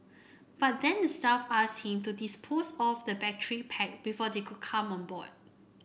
but then the staff asked him to dispose of the battery pack before they could come on boy